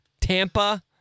Tampa